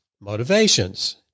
motivations